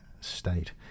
state